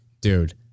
Dude